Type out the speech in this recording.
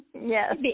Yes